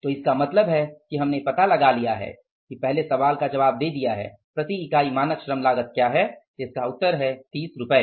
तो इसका मतलब है कि हमने पता लगा लिया है पहले सवाल का जवाब दे दिया है कि प्रति इकाई मानक श्रम लागत क्या है 30 रुपये